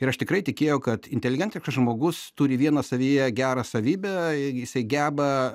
ir aš tikrai tikėjau kad inteligentiškas žmogus turi vieną savyje gerą savybę jis geba